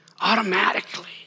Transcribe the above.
automatically